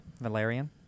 Valerian